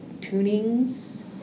tunings